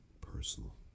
personal